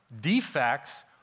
defects